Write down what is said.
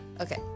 Okay